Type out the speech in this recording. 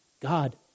God